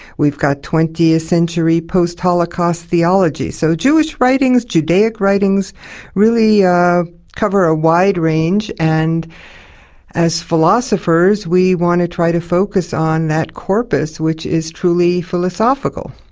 we've got twentieth century post-holocaust theology. so jewish writings, judaic writings really cover a wide range, range, and as philosophers we want to try to focus on that corpus which is truly philosophical.